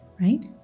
right